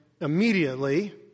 immediately